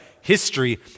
history